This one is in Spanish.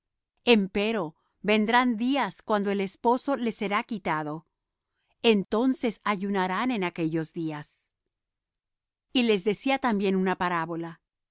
ellos empero vendrán días cuando el esposo les será quitado entonces ayunarán en aquellos días y les decía también una parábola